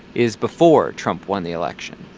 is before trump won the election.